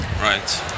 Right